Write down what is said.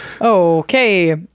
Okay